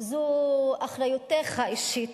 זו אחריותך האישית,